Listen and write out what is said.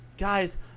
Guys